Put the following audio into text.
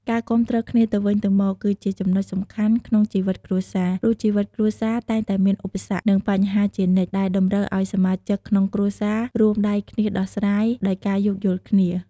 ការគាំទ្រគ្នាទៅវិញទៅមក គឺជាចំណុចសំខាន់ក្នុងជីវិតគ្រួសារ ព្រោះជីវិតគ្រួសារតែងតែមានឧបសគ្គ និងបញ្ហាជានិច្ច ដែលតម្រូវឱ្យសមាជិកក្នុងគ្រួសាររួមដៃគ្នាដោះស្រាយ ដោយការយោគយល់គ្នា។